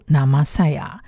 Namasaya